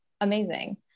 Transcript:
Amazing